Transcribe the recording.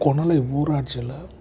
கொணலை ஊராட்சியில்